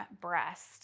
breast